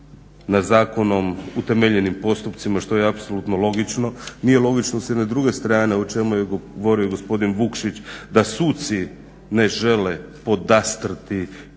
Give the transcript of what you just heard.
na zakonom utemeljenim postupcima što je apsolutno logično. Nije logično sa druge strane o čemu je govorio gospodin Vukšić da suci ne žele "podastrti"